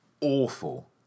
awful